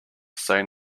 say